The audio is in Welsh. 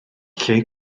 lle